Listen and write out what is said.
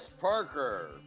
Parker